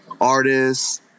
artists